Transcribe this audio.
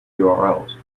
urls